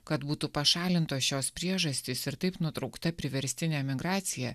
kad būtų pašalintos šios priežastys ir taip nutraukta priverstinė migracija